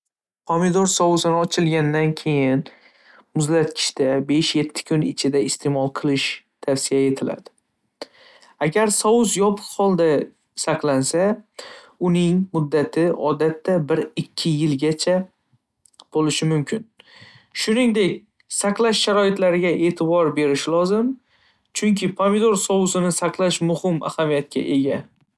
Pomidor sousini ochilgandan keyin muzlatgichda besh yetti kun ichida iste'mol qilish tavsiya etiladi. Agar sous yopiq holda saqlansa, uning muddati odatda bir ikki yilgacha bo'lishi mumkin. Shuningdek, saqlash shartlariga e'tibor berish lozim, chunki pomidor sousini saqlash muhim ahamiyatga ega.